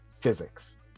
physics